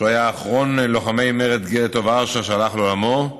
שהיה אחרון לוחמי מרד גטו ורשה שהלכו לעולמם.